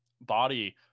body